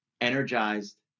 energized